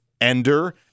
ender